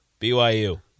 BYU